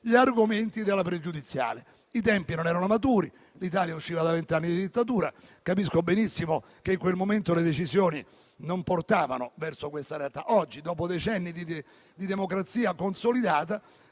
gli argomenti della pregiudiziale. I tempi non erano maturi. L'Italia usciva da vent'anni di dittatura e capisco benissimo che, in quel momento, le decisioni non portavano verso questa realtà. Oggi, dopo decenni di democrazia consolidata,